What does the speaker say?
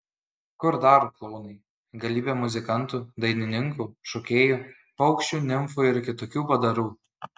kur dar klounai galybė muzikantų dainininkų šokėjų paukščių nimfų ir kitokių padarų